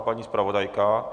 Paní zpravodajka?